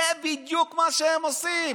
זה בדיוק מה שהם עושים.